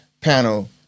panel